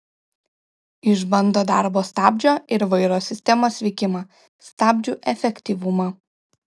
išbando darbo stabdžio ir vairo sistemos veikimą stabdžių efektyvumą